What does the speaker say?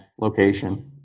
location